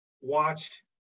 watch